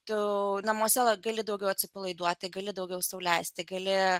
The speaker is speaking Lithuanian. tu namuose gali daugiau atsipalaiduoti gali daugiau sau leisti gali